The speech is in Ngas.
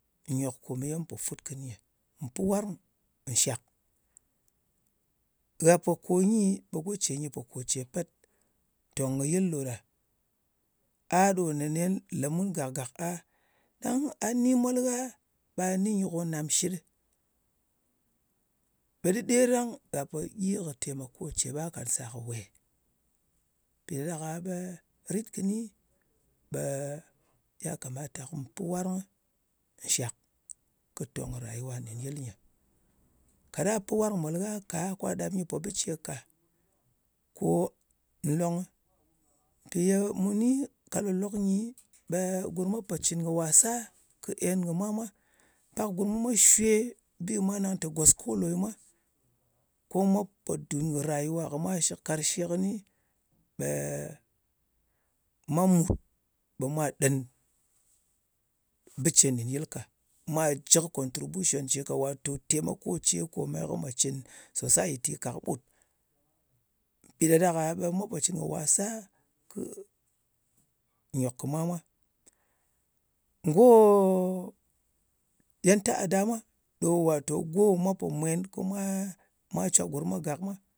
Nyòk kò ye mun pò fut kɨnɨ nyɨ. Mu pɨ warng nshàk. Ghà pò kò nyi, ɓe go ce nyɨ pò kò ce pet. Tòng kɨ yɨl ɗo ɗa. A ɗo nē nen lē mun gak-gak a. Ɗang a ni mol gha ɓa ni nyɨ ko nàmshit ɗɨ, ɓe ɗɨder ɗang ghà pò gyi kɨ taimako ce ɓa kàt dɨ wè? Mpì ɗa ɗak-a, ɓe rit kɨni, ɓe ya kamata ko mù pɨn warng nshàk kɨ̀ tòng ràyuwa nɗìn yɨl nyɨ. Ka ɗa pi warng mòl gha ka, ka ɗap nyɨ po bɨ ce ka, ko nlongɨ. mpì ye mu ni kà lòk-lòk nyi ɓe gurm mwa pò cɨn kɨ wasa kɨ en kɨ mwa-mwā. Pak gurm mwa shwe bi mwa nang tè goskolo nyɨ mwa, ko mwa pò dùn kɨ̀ rayuwa kɨ mwa shɨk. Karshe kɨni ɓe mwa mùt ɓe mwà ɗen bɨ ce nɗin yɨl ka. Mwa jɨ kɨ contribution ce ka. Wàtò temako ce kòmè ko mwà cɨn society ka kɨɓut. Mpì ɗa ɗak-a ɓe mwa pò cɨn kɨ̀ wasa kɨ nyòk kɨ mwa mwā. Ggo, yan ta'ada mwa, do wàtò go mwa pò mwen ko mwa cwo gurm mwa gak mwa,